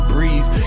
Breeze